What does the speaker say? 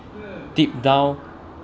deep down